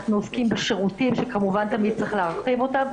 אנחנו עוסקים בשירותים שכמובן תמיד צריך להרחיב אותם,